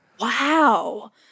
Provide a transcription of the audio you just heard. Wow